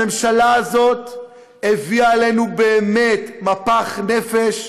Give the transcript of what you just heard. הממשלה הזאת הביאה עלינו באמת מפח נפש,